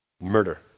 murder